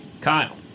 Kyle